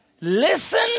Listen